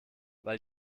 weil